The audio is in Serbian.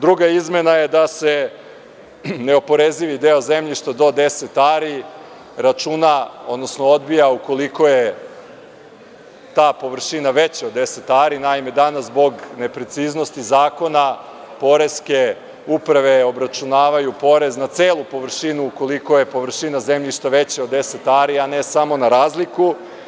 Druga izmena je da se ne oporezivi deo zemljišta do 10 ari računa, odnosno odbija, ukoliko je ta površina veća od 10 ari, naime, danas zbog nepreciznosti zakona, poreske uprave obračunavaju porez na celu površinu ukoliko je površina zemljišta veća od 10 ari, a ne samo na razliku.